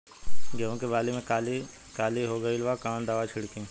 गेहूं के बाली में काली काली हो गइल बा कवन दावा छिड़कि?